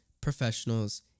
professionals